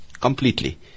Completely